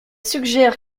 suggère